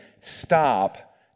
stop